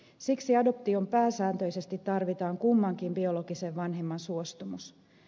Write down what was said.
siksi adoptioon pääsääntöisesti tarvitaan kummankin biologisen vanhemman suostumus